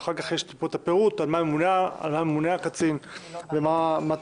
ואחר כך יש פה את הפירוט על מה ימונה הקצין ומה תפקידיו.